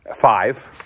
five